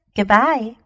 Goodbye